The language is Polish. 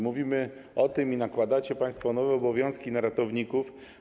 Mówimy o tym i nakładacie państwo nowe obowiązki na ratowników.